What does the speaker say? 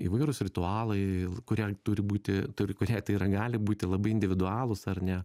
įvairūs ritualai kurie turi būti turi kurie tai yra gali būti labai individualūs ar ne